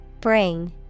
Bring